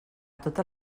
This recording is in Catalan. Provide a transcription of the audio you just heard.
totes